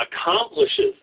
accomplishes